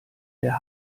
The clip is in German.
der